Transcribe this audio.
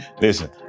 Listen